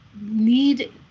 need